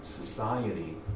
society